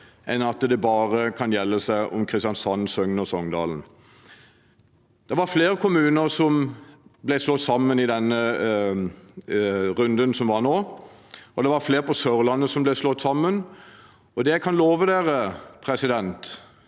enn at det bare kan gjelde Kristiansand, Søgne og Songdalen. Det var flere kommuner som ble slått sammen i den runden som var. Det var flere på Sørlandet som ble slått sammen. Det jeg kan love dere, er at denne